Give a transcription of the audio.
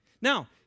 Now